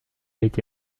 été